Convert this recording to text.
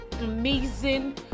amazing